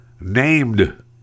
named